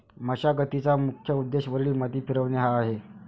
मशागतीचा मुख्य उद्देश वरील माती फिरवणे हा आहे